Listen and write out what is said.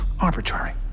arbitrary